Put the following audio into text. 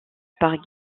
par